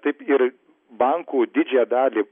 taip ir bankų didžiąją dalį